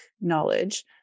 knowledge